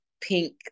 pink